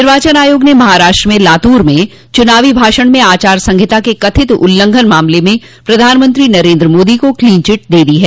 निर्वाचन आयोग ने महाराष्ट्र में लातूर में चुनावी भाषण में आचार संहिता के कथित उल्लंघन के मामले में प्रधानमंत्री नरेन्द्र मोदी को क्लीन चिट दे दी है